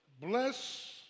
bless